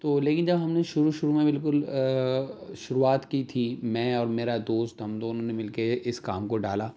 تو لیکن جب ہم نے شروع شروع میں بالکل شروعات کی تھی میں اور میرا دوست ہم دونوں نے مل کے اس کام کو ڈالا